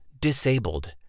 Disabled